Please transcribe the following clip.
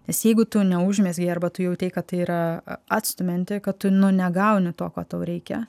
nes jeigu tu neužmezgei arba tu jautei kad tai yra atstumianti kad tu nu negauni to ko tau reikia